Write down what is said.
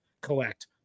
collect